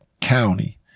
county